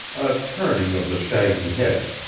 a turning of the shaggy head